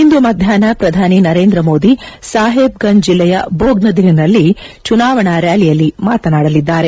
ಇಂದು ಮಧ್ಯಾಪ್ನ ಪ್ರಧಾನಿ ನರೇಂದ್ರ ಮೋದಿ ಸಾಹೇಬ್ ಗಾಂಜ್ ಜಿಲ್ಲೆಯ ಭೋಗ್ನದಿಹ್ನಲ್ಲಿ ಚುನಾವಣಾ ರ್ನಾಲಿಯಲ್ಲಿ ಮಾತನಾಡಲಿದ್ದಾರೆ